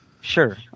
Sure